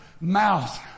mouth